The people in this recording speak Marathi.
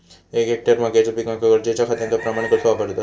एक हेक्टर मक्याच्या पिकांका गरजेच्या खतांचो प्रमाण कसो वापरतत?